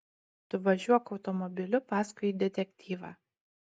tu važiuok automobiliu paskui detektyvą